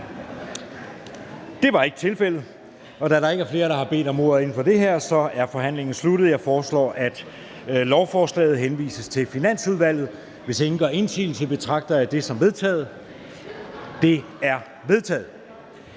Det er ikke tilfældet. Da der ikke er flere, der har bedt om ordet, er forhandlingen sluttet. Jeg foreslår, at lovforslaget henvises til Finansudvalget. Hvis ingen gør indsigelse, betragter jeg det som vedtaget. Det er vedtaget.